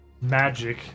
magic